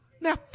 Now